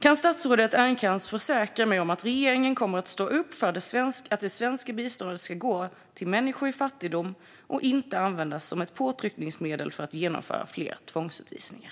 Kan statsrådet Ernkrans försäkra mig om att regeringen kommer att stå upp för att det svenska biståndet ska gå till människor i fattigdom och inte användas som ett påtryckningsmedel för att genomföra fler tvångsutvisningar?